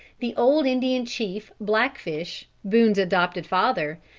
the old indian chief blackfish, boone's adopted father,